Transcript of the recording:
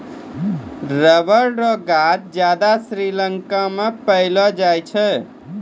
rubber रो गांछ ज्यादा श्रीलंका मे पैलो जाय छै